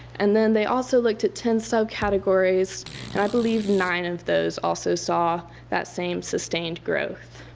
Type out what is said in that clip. and then they also looked at ten subcategories and i believe nine of those also saw that same sustained growth.